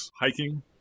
hiking